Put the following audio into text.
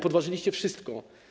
Podważyliście wszystko.